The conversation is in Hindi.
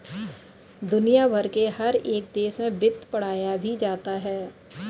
दुनिया भर के हर एक देश में वित्त पढ़ाया भी जाता है